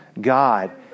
God